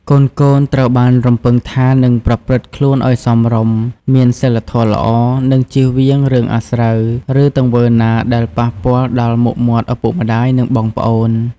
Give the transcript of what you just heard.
កូនៗត្រូវបានរំពឹងថានឹងប្រព្រឹត្តខ្លួនឲ្យសមរម្យ មានសីលធម៌ល្អ និងជៀសវាងរឿងអាស្រូវ ឬទង្វើណាដែលអាចប៉ះពាល់ដល់មុខមាត់ឪពុកម្ដាយ និងបងប្អូន។